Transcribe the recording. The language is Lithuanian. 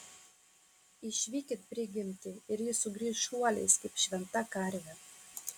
išvykit prigimtį ir ji sugrįš šuoliais kaip šventa karvė